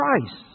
Christ